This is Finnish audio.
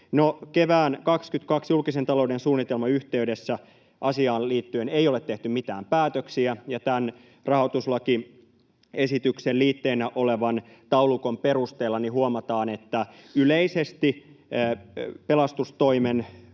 kevään 22 julkisen talouden suunnitelman yhteydessä asiaan liittyen ei ole tehty mitään päätöksiä, ja tämän rahoituslakiesityksen liitteenä olevan taulukon perusteella huomataan, että yleisesti pelastustoimen